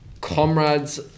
comrades